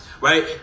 right